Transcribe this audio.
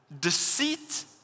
deceit